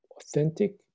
authentic